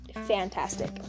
fantastic